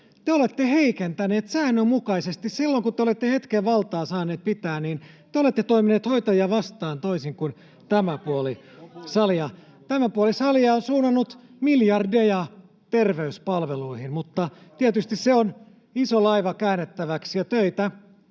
Te olette heikentäneet säännönmukaisesti — silloin, kun te olette hetken valtaa saaneet pitää, niin te olette toimineet hoitajia vastaan, toisin kuin tämä puoli salia. [Sanna Antikainen: Te olette nyt vallassa!] Tämä puoli salia on suunnannut miljardeja terveyspalveluihin, mutta tietysti se on iso laiva käännettäväksi. Töitä